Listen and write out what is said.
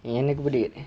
எனக்கு புடி~:enakku pudi~